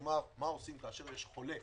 כלומר מה עושים כשיש חולה,